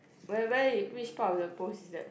where where which part of the post is that